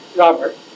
Robert